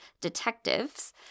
detectives